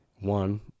one